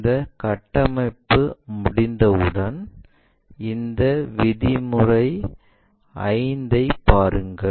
இந்த கட்டமைப்பை முடித்ததும் இந்த விதிமுறை 5 ஐப் பாருங்கள்